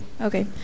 Okay